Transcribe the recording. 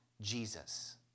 Jesus